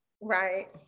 right